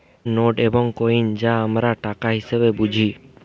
note এবং coin যা আমরা টাকা হিসেবে বুঝি